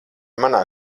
manā